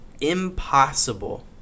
impossible